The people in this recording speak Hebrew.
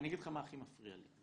אגיד לך מה הכי מפריע לי.